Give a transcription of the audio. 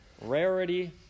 rarity